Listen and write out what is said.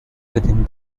within